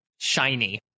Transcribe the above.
shiny